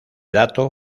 dato